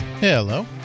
hello